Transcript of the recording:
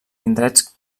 indrets